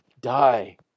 die